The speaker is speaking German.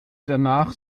danach